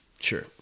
Sure